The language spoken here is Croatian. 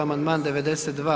Amandman 92.